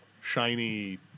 shiny